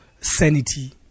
sanity